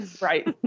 right